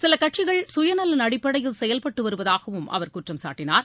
சில கட்சிகள் சுயநல அடிப்படையில் செயல்பட்டு வருவதாகவும் அவர் குற்றம் சாட்டினார்